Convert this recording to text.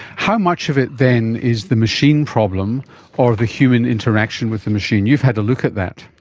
how much of it then is the machine problem or the human interaction with the machine? you've had a look at that.